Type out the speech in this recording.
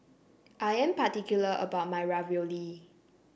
I am particular about my Ravioli